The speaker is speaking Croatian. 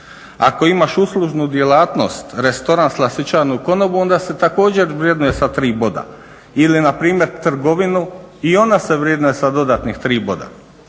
Ako imaš uslužnu djelatnost, restoran, slastičarnu i konobu onda se također vrednuje sa tri boda. Ili npr. trgovinu i ona se vrednuje sa dodatnih tri boda.